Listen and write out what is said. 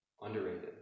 underrated